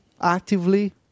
actively